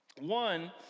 One